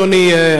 אדוני,